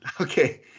Okay